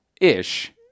ish